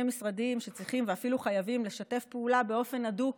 משרדים שצריכים ואפילו חייבים לשתף פעולה באופן הדוק